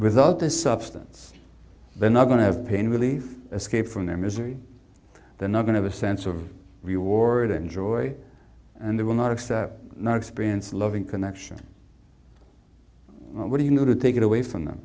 without this substance they're not going to have pain relief escape from their misery they're not going to a sense of reward and joy and they will not accept not experience loving connection what do you know to take it away from them